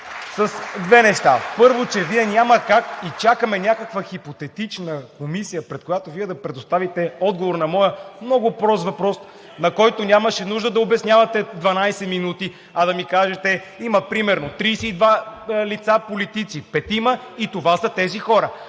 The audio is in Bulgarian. с две неща. Първо, че Вие няма как и чакаме някаква хипотетична комисия, пред която да предоставите отговор на моя много прост въпрос, на който нямаше нужда да обяснявате 12 минути, а да ми кажете има примерно 32 лица – политици петима, и това са тези хора.